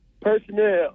personnel